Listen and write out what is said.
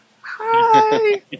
Hi